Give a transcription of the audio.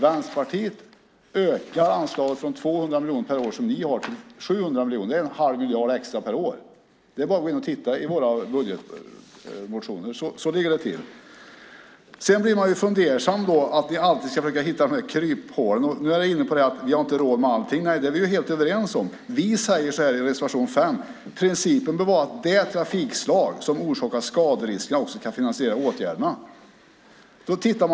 Vänsterpartiet ökar anslaget från 200 miljoner per år, som ni har, till 700 miljoner. Det är en halv miljard extra per år. Det är bara att gå in och titta i våra budgetmotioner. Så ligger det till. Man blir också fundersam när ni alltid ska försöka hitta kryphål. Nu är ni inne på att vi inte har råd med allting. Det är vi helt överens om. Vi skriver i reservation 5: "Principen bör vara att det trafikslag som orsakar skaderiskerna också ska finansiera åtgärderna."